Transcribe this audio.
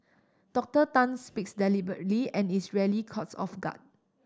Doctor Tan speaks deliberately and is rarely caught off guard